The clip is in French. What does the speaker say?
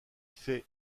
fait